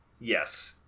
yes